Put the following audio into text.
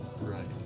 right